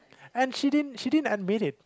and she didn't she didn't admit it